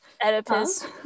oedipus